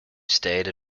stayed